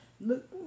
look